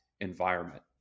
environment